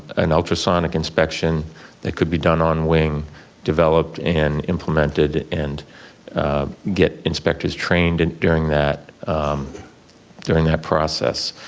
an ultrasonic inspection that could be done on wing developed and implemented and get inspectors trained and during that during that process.